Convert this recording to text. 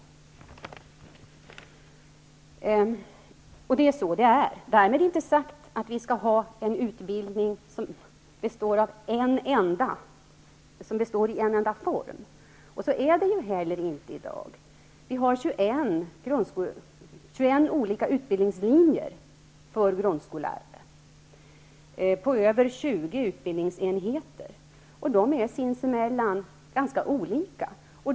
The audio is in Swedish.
Det är på detta sätt det är. Därmed inte sagt att vi skall ha en utbildning som består av en enda form. Så är det inte heller i dag. Vi har 21 olika utbildningslinjer för grundskollärare på över 20 utbildningsenheter. De är sinsemellan ganska olika.